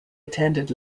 attended